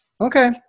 okay